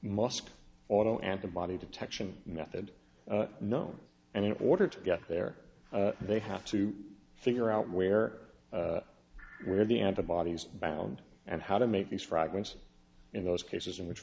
ust auto antibody detection method no and in order to get there they have to figure out where where the antibodies bound and how to make these fragments in those cases in which